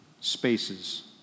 spaces